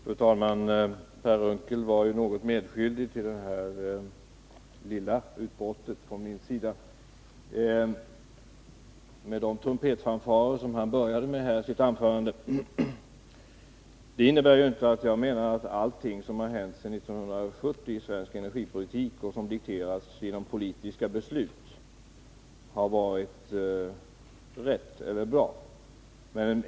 Fru talman! Per Unckel var ju, med de trumpetfanfarer som inledde hans anförande, något medskyldig till det här lilla utbrottet från min sida. Det innebär dock inte att jag menar att allt som hänt sedan 1970 i svensk energipolitik och som dikterats genom politiska beslut har varit riktigt och bra.